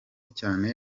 cyane